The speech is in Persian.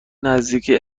نزدیکی